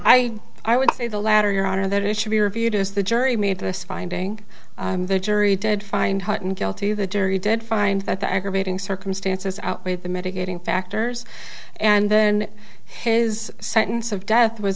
i i would say the latter your honor that it should be reviewed as the jury made this finding the jury did find hutton guilty the jury did find that the aggravating circumstances outweighed the mitigating factors and then his sentence of death was